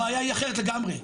הבעיה היא אחרת לגמרי.